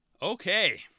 Okay